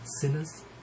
sinners